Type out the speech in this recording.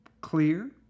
clear